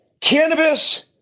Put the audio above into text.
cannabis